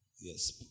Yes